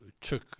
took